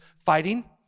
fighting